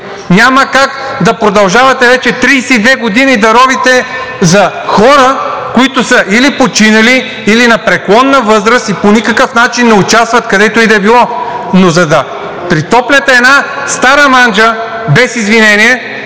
Няма как да продължавате вече 32 години да ровите за хора, които са или починали, или на преклонна възраст и по никакъв начин не участват където и да било. Но за да претопляте една стара манджа, без извинение,